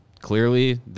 clearly